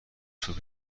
صبح